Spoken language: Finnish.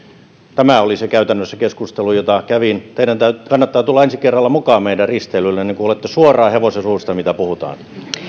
tämä oli käytännössä se keskustelu jota kävin teidän kannattaa tulla ensi kerralla mukaan meidän risteilyllemme niin kuulette suoraan hevosen suusta mitä puhutaan